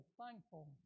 thankful